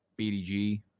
BDG